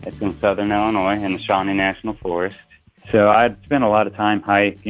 ah think southern illinois and shawnee national forest so i'd spend a lot of time hiking,